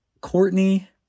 Courtney